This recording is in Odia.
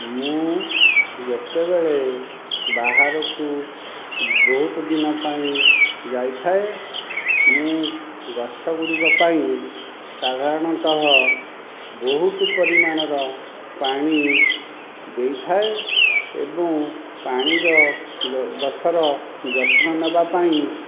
ମୁଁ ଯେତେବେଳେ ବାହାରକୁ ବହୁତ ଦିନ ପାଇଁ ଯାଇଥାଏ ମୁଁ ଗଛଗୁଡ଼ିକ ପାଇଁ ସାଧାରଣତଃ ବହୁତ ପରିମାଣର ପାଣି ଦେଇଥାଏ ଏବଂ ପାଣିର ଯେଉଁ ଗଛର ଯତ୍ନ ନେବା ପାଇଁ